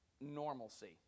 normalcy